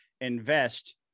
invest